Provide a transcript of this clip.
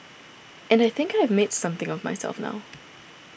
and I think I have made something of myself now